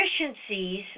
Deficiencies